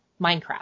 Minecraft